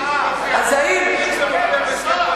אם זה מופיע בהסכם הקואליציוני,